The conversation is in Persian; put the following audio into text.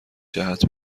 جهت